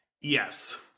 Yes